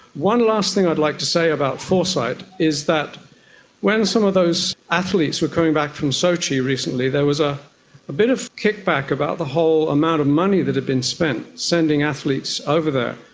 one last thing i'd like to say about foresight is that when some of those athletes were coming back from sochi recently there was a bit of kickback about the whole amount of money that had been spent sending athletes over there,